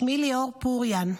שמי ליאור פוריאן.